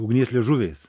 ugnies liežuviais